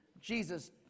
Jesus